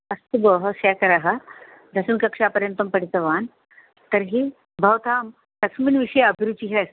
अस्तु भोः शेखरः दशमकक्षापर्यन्तं पठितवान् तर्हि भवतां कस्मिन् विषये अभिरुचिः अस्ति